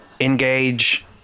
engage